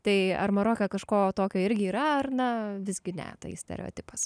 tai ar maroke kažko tokio irgi yra ar na visgi ne tai stereotipas